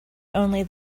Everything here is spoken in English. only